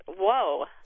Whoa